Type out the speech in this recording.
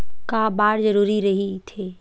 का बार जरूरी रहि थे?